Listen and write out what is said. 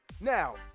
Now